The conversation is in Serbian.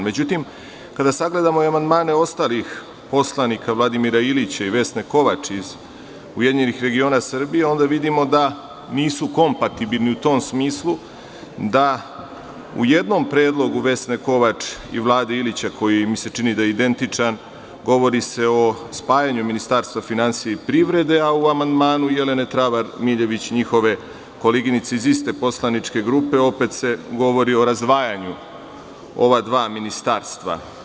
Međutim, kada sagledamo i amandmane ostalih poslanika: Vladimira Ilića i Vesne Kovač iz URS, onda vidimo da nisu kompatibilni, u tom smislu da u jednom predlogu Vesne Kovač i Vlade Ilića, koji mi se čini da je identičan, govori se o spajanju Ministarstva finansija i privrede, a u amandmanu Jelene Travar Miljević, njihove koleginice iz iste poslaničke grupe, opet se govori o razdvajanju ova dva ministarstva.